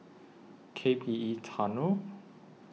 K P E Tunnel